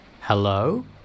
Hello